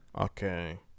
Okay